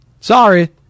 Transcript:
Sorry